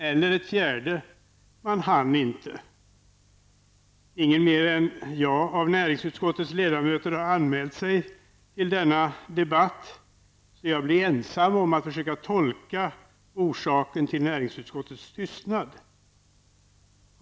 Eller ett fjärde: Man hann inte. Ingen mer än jag av näringsutskottets ledamöter har anmält sig till denna debatt, så jag blir ensam om att försöka tolka orsaken till näringsutskottets tystnad.